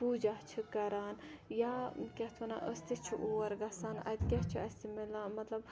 پوٗجا چھِ کَران یا کیاہ اَتھ وَنان أسۍ تہِ چھِ اور گَژھان اَتہِ کیاہ چھُ اَسہِ مِلان مَطلَب